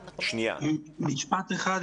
אפשר משפט אחד,